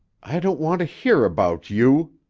i don't want to hear about you,